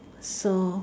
so